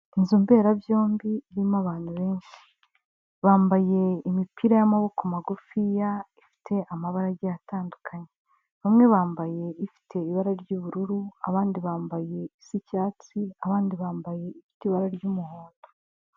Inzu mberabyombi irimo abantu benshi. Bambaye imipira y'amaboko magufiya ifite amabara agiye atandukanye. Bamwe bambaye ifite ibara ry'ubururu, abandi bambaye isa icyatsi, abandi bambaye ifite ibara ry'umuhondo.